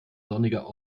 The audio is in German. sonniger